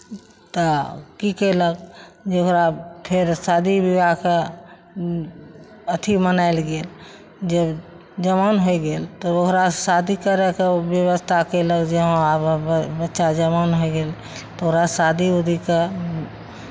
तऽ की कयलक जे ओकरा फेर शादी विवाहके अथी मनायल गेल जे जवान होय गेल तऽ ओकरा शादी करयके व्यवस्था कयलक जे हँ आब हमर बच्चा जवान होय गेल तऽ ओकरा शादी उदी कऽ